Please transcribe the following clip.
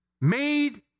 made